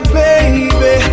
baby